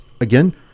Again